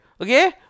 okay